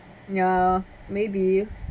yeah maybe